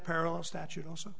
parallel statute also